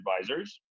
advisors